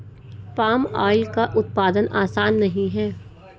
palm oil का उत्पादन आसान नहीं है